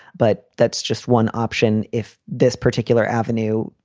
but that's just one option. if this particular avenue,